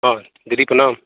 हो दीदी का नाम